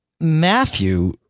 Matthew